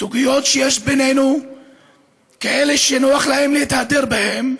סוגיות שיש בינינו כאלה שנוח להם להתהדר בהן,